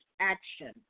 action